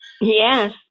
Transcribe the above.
Yes